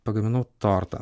pagaminau tortą